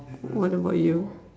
what about you